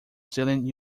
zealand